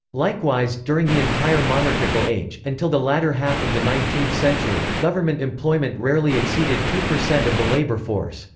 likewise, during the entire monarchical age, until the latter half of the nineteenth century, government employment rarely exceeded two percent of the labor force.